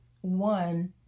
one